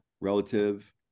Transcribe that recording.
relative